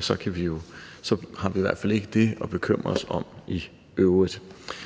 Så har vi i hvert fald ikke det at bekymre os om i øvrigt.